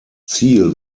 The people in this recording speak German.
ziel